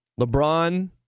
LeBron